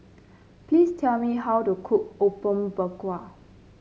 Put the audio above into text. please tell me how to cook Apom Berkuah